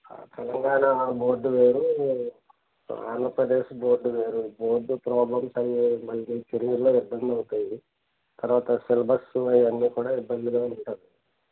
Telangana board వేరు Andhra Pradesh board వేరు board problem అయ్యి మళ్ళీ కెరీర్లో ఇబ్బంది అవుతాయి తర్వాత సిలబస్ అవన్నీ కూడా ఇబ్బందిగా ఉంటుంది